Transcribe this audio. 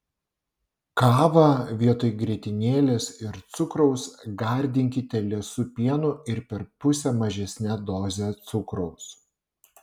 kavą vietoj grietinėlės ir cukraus gardinkite liesu pienu ir per pusę mažesne doze cukraus